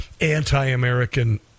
anti-American